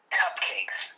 cupcakes